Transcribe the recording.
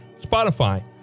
Spotify